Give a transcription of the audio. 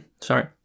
sorry